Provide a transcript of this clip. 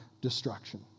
destruction